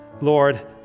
Lord